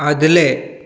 आदलें